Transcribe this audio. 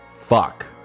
fuck